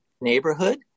neighborhood